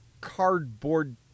cardboard